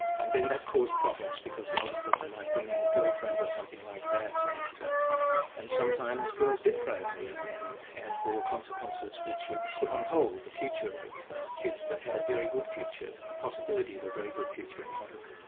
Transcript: and then that caused problems because the older person might bring in a girlfriend or something like that, and and sometimes girls did prey on the young men. and there were consequences which have put on hold the future of kids that had a very good future, a possibility of a very good future in front of them.